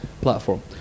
platform